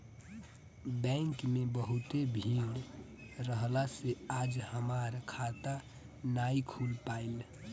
bank में बहुते भीड़ रहला से आज हमार खाता नाइ खुल पाईल